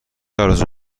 آرزو